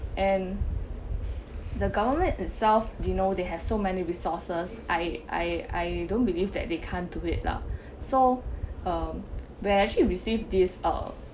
and the government itself you know they have so many resources I I I don't believe that they can't do it lah so um when I actually received this uh